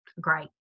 great